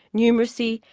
numeracy,